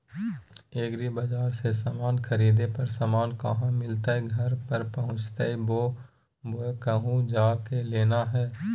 एग्रीबाजार से समान खरीदे पर समान कहा मिलतैय घर पर पहुँचतई बोया कहु जा के लेना है?